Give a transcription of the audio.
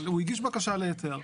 הוא הגיש בקשה להיתר,